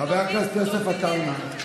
חבר הכנסת יוסף עטאונה,